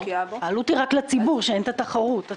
העלות היא רק לציבור שמפסיד מחוסר התחרותיות.